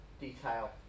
detail